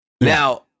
Now